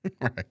right